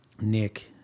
Nick